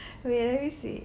wait let me see